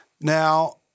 Now